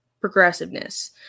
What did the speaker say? progressiveness